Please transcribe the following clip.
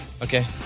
Okay